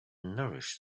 nourish